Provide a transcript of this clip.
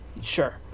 Sure